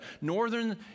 northern